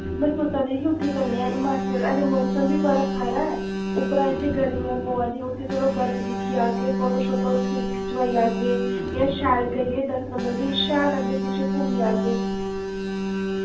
में सोच्चा दी ही उत्थै चलने आं हिमाचल आह्ले मौसम बी बड़ा खरा ऐ उप्परा इत्थै गर्मियां पवै दी उत्थै चलो बर्फ दिक्खी औगे फोटो शोटो खि खिचवाई औगे इ'यां शैल करियै दस पंदरां दिन शैल अग्गें पिच्छें घुम्मी औगे